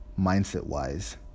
mindset-wise